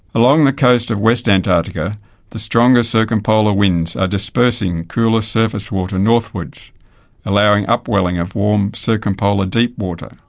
along the coast of west antarctica the stronger circumpolar winds are dispersing cooler surface water northwards allowing upwelling of warm circumpolar deep water.